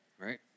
Right